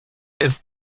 ist